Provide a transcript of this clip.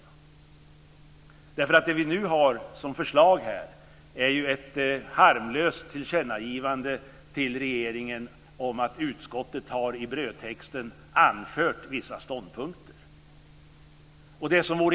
Vad vi nu har som förslag här är ett harmlöst tillkännagivande till regeringen om att utskottet i brödtexten har anfört vissa ståndpunkter.